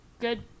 good